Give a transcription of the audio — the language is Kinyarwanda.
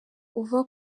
uva